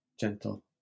gentle